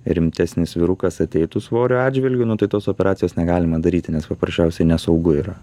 rimtesnis vyrukas ateitų svorio atžvilgiu nu tai tos operacijos negalima daryti nes paprasčiausiai nesaugu yra